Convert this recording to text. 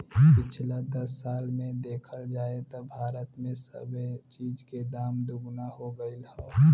पिछला दस साल मे देखल जाए त भारत मे सबे चीज के दाम दुगना हो गएल हौ